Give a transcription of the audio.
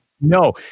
No